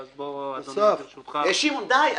אסף, --- שמעון, די.